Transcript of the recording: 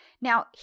Now